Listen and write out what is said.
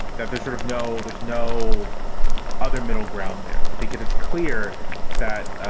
that there's sort of no there's no other middle ground there because it's clear that